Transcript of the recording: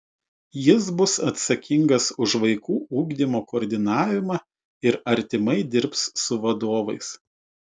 jis bus atsakingas už vaikų ugdymo koordinavimą ir artimai dirbs su vadovais